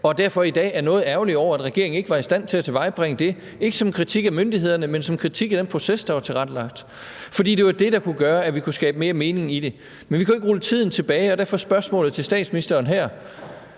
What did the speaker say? og derfor er vi i dag noget ærgerlige over, at regeringen ikke var i stand til at tilvejebringe det – ikke som en kritik af myndighederne, men som en kritik af den proces, der var tilrettelagt, fordi det var det, der kunne gøre, at vi kunne skabe mere mening i det. Men vi kan jo ikke rulle tiden tilbage, og derfor er spørgsmålet til statsministeren her: